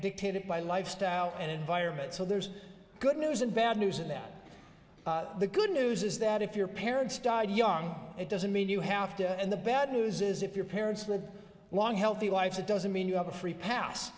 dictated by lifestyle and environment so there's good news and bad news in that the good news is that if your parents died young it doesn't mean you have to and the bad news is if your parents live long healthy lives it doesn't mean you have a free pass